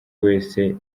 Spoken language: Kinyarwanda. wese